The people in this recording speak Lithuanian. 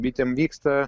bitėm vyksta